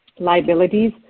liabilities